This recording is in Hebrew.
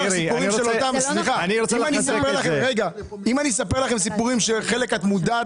אני יכול לספר לכם סיפורים שלחלקם את מודעת